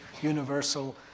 universal